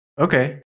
Okay